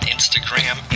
Instagram